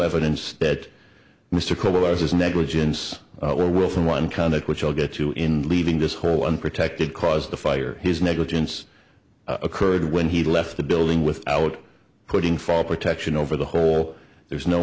evidence that mr cole was negligence or will from one conduct which i'll get to in leading this whole unprotected cause the fire his negligence occurred when he left the building without putting fall protection over the whole there's no